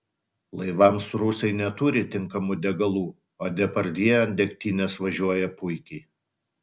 laivams rusai neturi tinkamų degalų o depardjė ant degtinės važiuoja puikiai